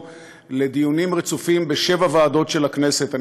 לדיונים רצופים בשבע ועדות של הכנסת.